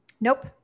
Nope